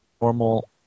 normal